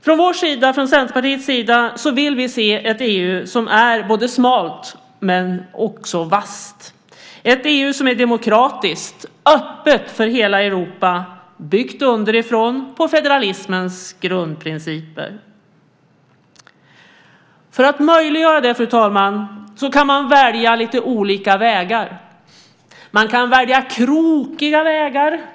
Från Centerpartiets sida vill vi se ett EU som är både smalt och vasst, ett EU som är demokratiskt, öppet för hela Europa, byggt underifrån på federalismens grundprinciper. För att möjliggöra det kan man välja lite olika vägar. Man kan välja krokiga vägar.